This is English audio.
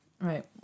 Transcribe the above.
Right